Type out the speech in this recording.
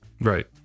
Right